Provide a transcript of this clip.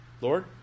Lord